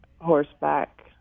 horseback